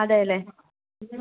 അതെ അല്ലേ